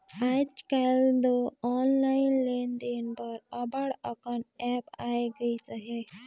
आएज काएल दो ऑनलाईन लेन देन बर अब्बड़ अकन ऐप आए गइस अहे